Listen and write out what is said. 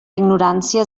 ignorància